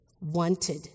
wanted